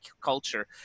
culture